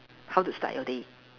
how to start your day